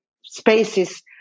spaces